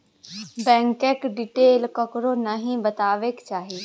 बैंकक डिटेल ककरो नहि बतेबाक चाही